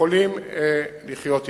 יכולים לחיות אתו.